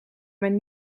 mijn